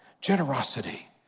Generosity